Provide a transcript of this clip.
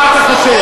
מה אתה חושב?